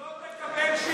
לא תקבל שריון,